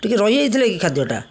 ଟିକିଏ ରହିଏଇଥିଲା କି ଖାଦ୍ୟଟା